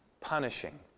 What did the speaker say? punishing